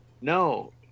No